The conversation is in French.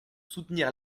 soutenir